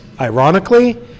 ironically